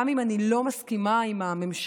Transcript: גם אם אני לא מסכימה עם הממשלה,